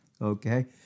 Okay